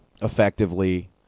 effectively